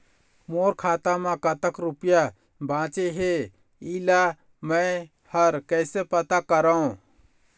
मोर खाता म कतक रुपया बांचे हे, इला मैं हर कैसे पता करों?